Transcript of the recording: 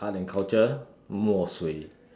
art and culture 墨水：mo shui